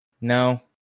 No